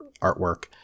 artwork